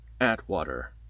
Atwater